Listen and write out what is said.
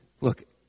Look